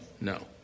no